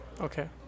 Okay